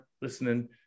listening